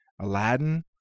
Aladdin